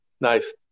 nice